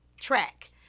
track